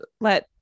let